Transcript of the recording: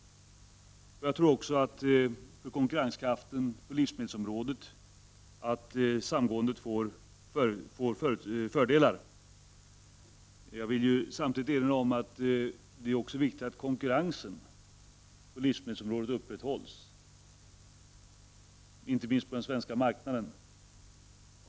Samgåendet får även fördelar för konkurrensen inom livsmedelsområdet. Samtidigt vill jag erinra om att det också är viktigt att konkurrensen på livsmedelsområdet upprätthålls, inte minst på den svenska marknaden.